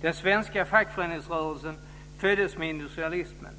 Den svenska fackföreningsrörelsen föddes med industrialismen.